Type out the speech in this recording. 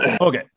Okay